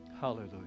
Hallelujah